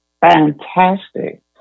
fantastic